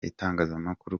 itangazamakuru